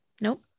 Nope